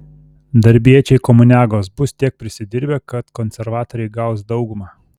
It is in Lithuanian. darbiečiai komuniagos bus tiek prisidirbę kad konservatoriai gaus daugumą